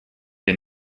den